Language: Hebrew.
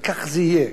וכך זה יהיה: